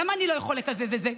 למה אני לא יכול לקזז את זה?